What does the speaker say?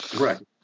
Right